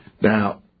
now